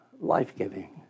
life-giving